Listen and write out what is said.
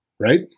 right